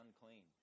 unclean